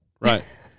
right